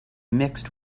mixed